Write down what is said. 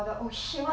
oh